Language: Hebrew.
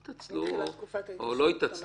הם התעצלו או לא התעצלו,